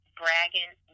bragging